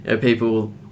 people